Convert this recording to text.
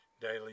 daily